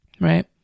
Right